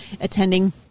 attending